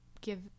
give